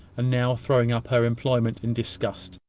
and now throwing up her employment in disgust,